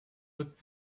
but